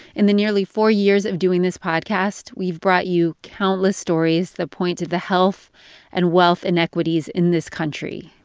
in the nearly four years of doing this podcast, we've brought you countless stories that point to the health and wealth inequities in this country,